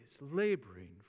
laboring